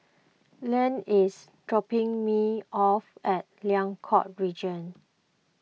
Leann is dropping me off at Liang Court Region